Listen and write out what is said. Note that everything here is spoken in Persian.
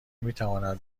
میتوانم